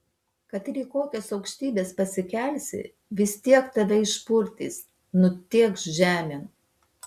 kad ir į kokias aukštybes pasikelsi vis tiek tave išpurtys nutėkš žemėn